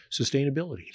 sustainability